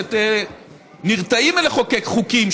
והכנסת נרתעות מלחוקק חוקים,